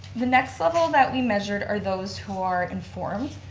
the next level that we measured are those who are informed.